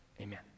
amen